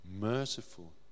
merciful